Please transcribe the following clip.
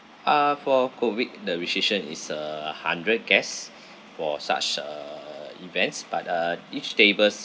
ah for COVID the restriction is uh hundred guests for such a a a events but uh each tables